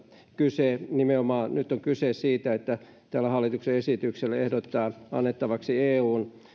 kyse nyt on kyse nimenomaan siitä että tällä hallituksen esityksellä ehdotetaan annettavaksi eun